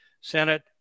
Senate